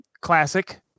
classic